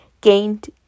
gained